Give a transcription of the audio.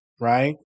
right